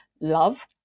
love